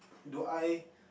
do I